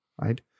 right